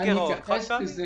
על גירעון חד-פעמי.